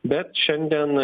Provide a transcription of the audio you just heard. bet šiandien